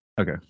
Okay